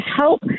help